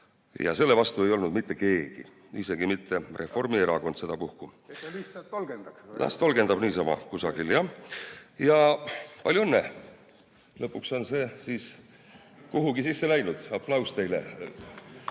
– selle vastu ei olnud mitte keegi, isegi mitte Reformierakond sedapuhku. Et ta lihtsalt tolgendaks või? Las tolgendab niisama kusagil, jah. Palju õnne! Lõpuks on see siis kuhugi sisse läinud. Aplaus teile!